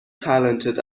talented